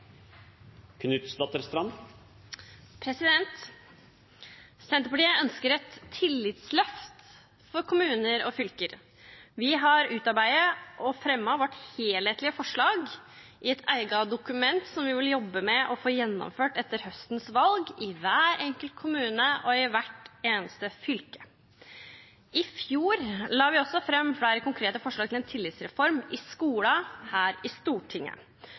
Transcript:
ut. Senterpartiet ønsker et tillitsløft for kommuner og fylker. Vi har utarbeidet og fremmet vårt helhetlige forslag i et eget dokument, og vi vil jobbe for å få gjennomført det etter høstens valg i hver enkelt kommune og i hvert eneste fylke. I fjor la vi også fram flere konkrete forslag til en tillitsreform i skolen her i Stortinget,